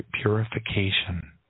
purification